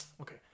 Okay